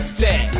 dead